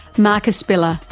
marcus spiller,